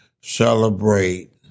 celebrate